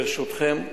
ברשותכם,